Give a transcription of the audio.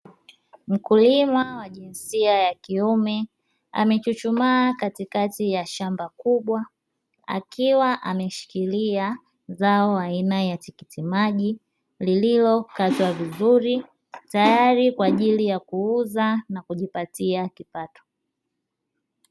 Mkulima wa jinsia ya kiume amechuchumaa katikati ya shamba kubwa akiwa ameshikilia zao aina ya tikiti maji lililokatwa vizuri, tayari kwa ajili ya kuuza na kujipatia kipato.